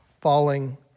falling